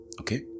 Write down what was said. okay